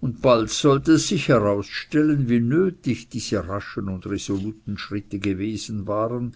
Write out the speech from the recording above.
und bald sollte es sich herausstellen wie nötig diese raschen und resoluten schritte gewesen waren